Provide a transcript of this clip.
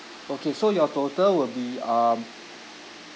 okay so your total will be um